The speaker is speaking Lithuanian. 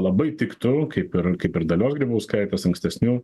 labai tiktų kaip ir kaip ir dalios grybauskaitės ankstesnių